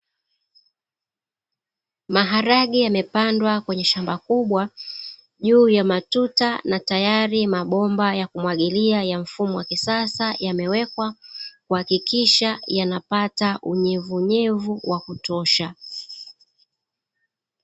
Maharage yamepandwa kwenye shamba kubwa juu ya matuta na tayari mabomba ya kumwagilia ya mfumo wa kisasa, yamewekwa kuhakikisha yanakupata unyevunyevu wa kutosha.